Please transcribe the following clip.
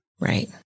Right